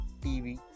TV